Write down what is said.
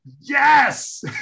yes